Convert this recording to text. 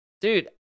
dude